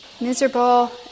miserable